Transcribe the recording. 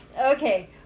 Okay